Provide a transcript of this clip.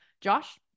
Josh